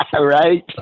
Right